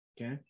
Okay